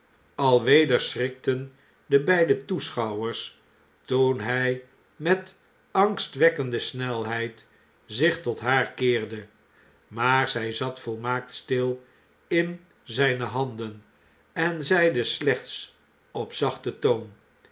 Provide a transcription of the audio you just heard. alweder schrikten de beide toeschouwers toen hij met angstwekkende snelheid zich tot haar keerde maar zg zat volmaakt stil in zijne handen en zeide slechts op zachten toon